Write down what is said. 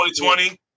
2020